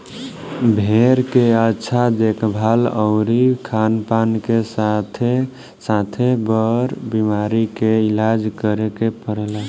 भेड़ के अच्छा देखभाल अउरी खानपान के साथे साथे, बर बीमारी के इलाज करे के पड़ेला